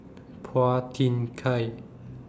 Phua Thin Kiay